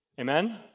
Amen